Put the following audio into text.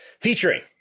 featuring